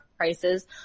Prices